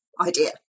idea